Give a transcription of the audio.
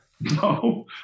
No